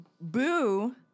Boo